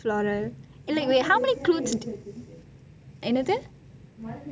floral illai wait how many clothes எனது:enathu